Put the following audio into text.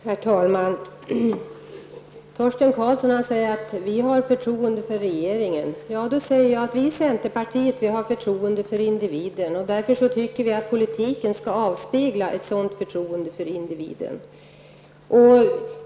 Herr talman! Torsten Karlsson säger att socialdemokraterna har förtroende för regeringen. Då säger jag att vi i centerpartiet har förtroende för individen -- därför tycker vi att politiken skall avspegla ett sådant förtroende för individen.